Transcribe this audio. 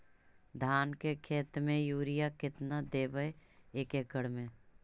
धान के खेत में युरिया केतना देबै एक एकड़ में?